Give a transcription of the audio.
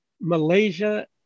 Malaysia